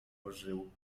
ożył